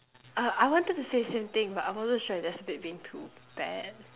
uh I wanted to say same thing but I wasn't sure if that's a bit being too bad